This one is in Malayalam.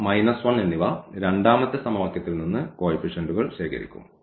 1 എന്നിവ രണ്ടാമത്തെ സമവാക്യത്തിൽ നിന്ന് കോയിഫിഷെന്റുകൾ ശേഖരിക്കും